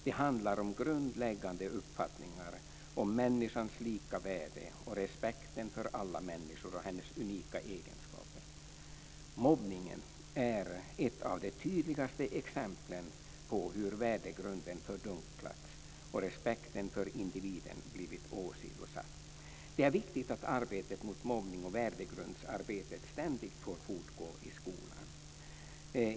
Det handlar om grundläggande uppfattningar om människors lika värde och respekten för alla människor och deras unika egenskaper. Mobbningen är ett av de tydligaste exemplen på hur värdegrunden fördunklats och respekten för individen blivit åsidosatt. Det är viktigt att värdegrundsarbetet och arbetet mot mobbning ständigt får fortgå i skolan.